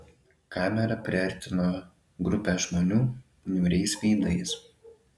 kamera priartino grupę žmonių niūriais veidais